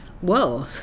whoa